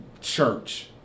church